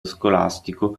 scolastico